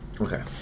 Okay